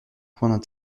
point